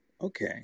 okay